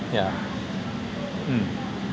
yeah mm